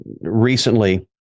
Recently